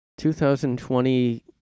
2020